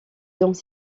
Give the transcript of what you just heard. dans